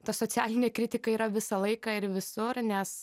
ta socialinė kritika yra visą laiką ir visur nes